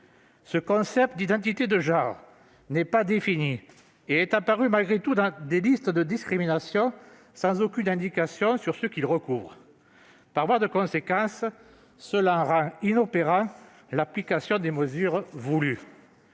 Le concept d'identité de genre n'est pas défini. Il est apparu malgré tout dans des listes de discriminations, sans aucune indication sur ce qu'il recouvre, rendant ainsi inopérante l'application des mesures voulues.